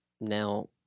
now